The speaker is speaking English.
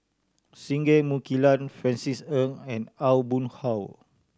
Singai Mukilan Francis Ng and Aw Boon Haw